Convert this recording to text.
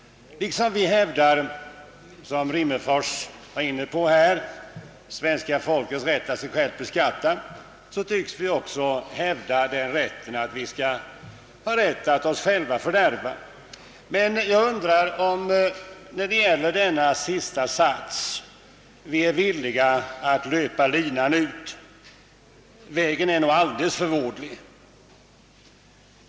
Liksom vi hävdar svenska folkets rätt att sig självt beskatta, tycks vi också, som herr Rimmerfors sade, hävda rätten att oss själva fördärva. Jag undrar emellertid om vi i det avseendet är villiga att löpa linan ut. Den vägen är alltför vådlig.